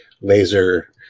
laser